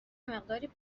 مقداری